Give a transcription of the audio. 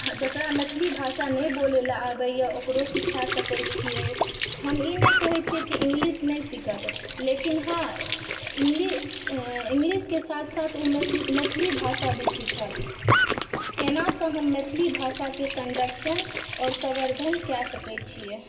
जेकरा मैथिली भाषा नहि बोलय ला आबयए ओकरो सिखा सकैत छियै हम ई नहि कहैत छियै कि इंग्लिश नहि सिखत लेकिन हँ इंग्लिश इंग्लिशके साथ साथ ओ मैथिली भाषा भी सीखत एना हमसभ मैथिली भाषाकेँ संरक्षण आओर सम्वर्धन कए सकैत छियै